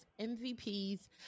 MVPs